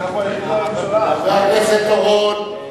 חבר הכנסת אורון,